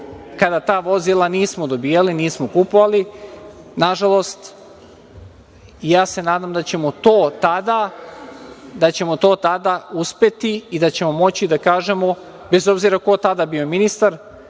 kada ta vozila nismo dobijali, nismo kupovali, nažalost, i nadam se da ćemo to tada uspeti i da ćemo moći da kažemo, bez obzira ko tada bio minisar,